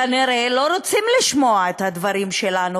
כנראה לא רוצים לשמוע את הדברים שלנו.